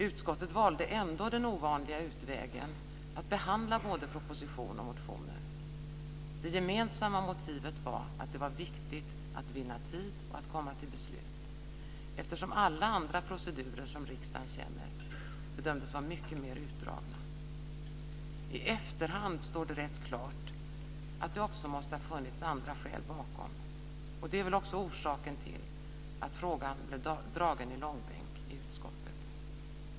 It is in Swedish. Utskottet valde ändå den ovanliga utvägen att behandla både proposition och motioner. Det gemensamma motivet var att det var viktigt att vinna tid och att komma till beslut eftersom alla andra procedurer som riksdagen känner bedömdes vara mycket mer utdragna. I efterhand står det rätt klart att det även måste ha funnits andra skäl bakom, och det är väl också orsaken till att frågan blev dragen i långbänk i utskottet.